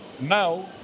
Now